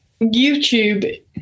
YouTube